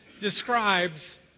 describes